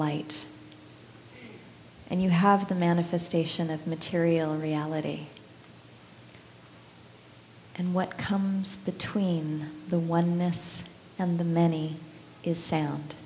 light and you have the manifestation of material reality and what comes between the oneness and the many is sound